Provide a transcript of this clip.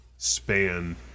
span